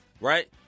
right